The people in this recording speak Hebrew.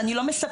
ואני לא מספרת.